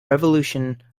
revolution